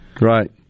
Right